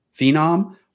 phenom